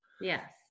Yes